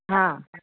हा